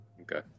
Okay